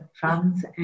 funds